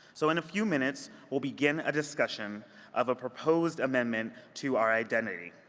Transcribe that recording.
so in a few minutes, we'll begin a discussion of a proposed amendment to our identity.